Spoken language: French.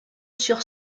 sur